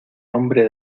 hombre